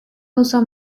uso